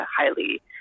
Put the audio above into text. highly